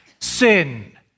sin